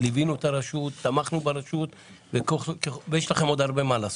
אבל גם יש עוד הרבה מה לעשות.